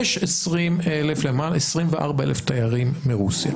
יש 24,000 תיירים מרוסיה,